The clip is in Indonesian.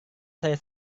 saya